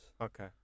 Okay